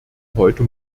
heute